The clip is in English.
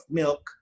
milk